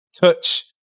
touch